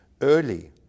early